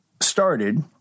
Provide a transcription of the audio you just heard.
started